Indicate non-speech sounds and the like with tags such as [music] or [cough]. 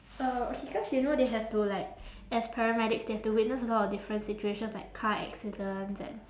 uh okay cause you know they have to like [breath] as paramedics they have to witness a lot of different situations like car accidents and